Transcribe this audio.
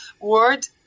word